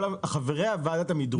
חברי ועדת המדרוג.